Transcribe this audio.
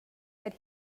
but